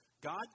God